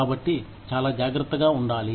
కాబట్టి చాలా జాగ్రత్తగా ఉండాలి